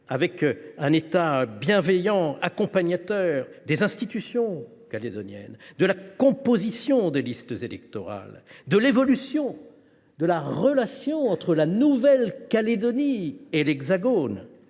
avec un État bienveillant, accompagnateur des institutions calédoniennes, de la composition des listes électorales, de l’évolution des relations entre la Nouvelle Calédonie et l’Hexagone